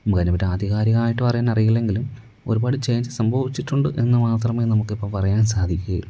നമുക്കതിനെ പറ്റി ആധികാരികായിട്ട് പറയാനറിയില്ലെങ്കിലും ഒരുപാട് ചെയ്ഞ്ച് സംഭവിച്ചിട്ടുണ്ട് എന്ന് മാത്രമേ നമുക്ക് ഇപ്പോള് പറയാൻ സാധിക്കുകയുള്ളു